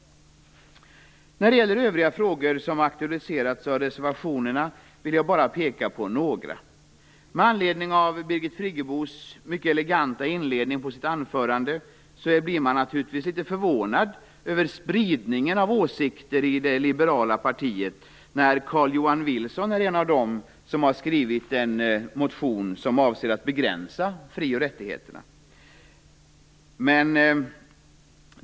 När det gäller övriga frågor som aktualiserats i reservationerna vill jag bara peka på några. Med anledning av Birgit Friggebos mycket eleganta inledning av sitt anförande blir man naturligtvis litet förvånad över spridningen av åsikter i det liberala partiet. Carl-Johan Wilson är en av dem som har skrivit en motion som avser att begränsa fri och rättigheterna.